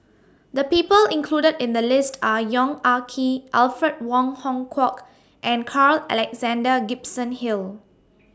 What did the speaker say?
The People included in The list Are Yong Ah Kee Alfred Wong Hong Kwok and Carl Alexander Gibson Hill